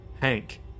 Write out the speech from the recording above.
Hank